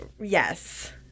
Yes